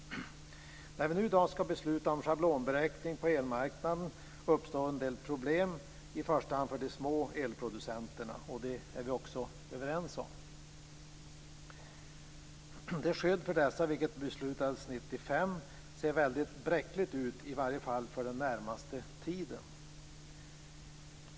När vi nu i dag ska besluta om schablonberäkning på elmarknaden uppstår en del problem, i första hand för de små elproducenterna. Detta är vi överens om. Det skydd för dessa som beslutades om 1995 ser väldigt bräckligt ut, i varje fall för den närmaste tiden.